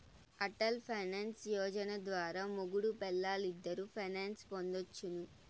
Atal pension Yojana ద్వారా మొగుడూ పెల్లాలిద్దరూ పెన్సన్ పొందొచ్చును